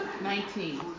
Nineteen